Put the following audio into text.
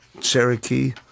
Cherokee